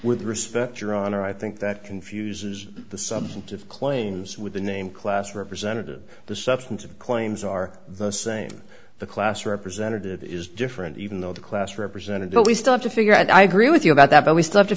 with respect your honor i think that confuses the substantive claims with the name class representative the substantive claims are the same the class representative is different even though the class represent a deal we still have to figure out i agree with you about that but we still have to